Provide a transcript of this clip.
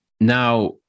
Now